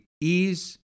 ease